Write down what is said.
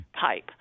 type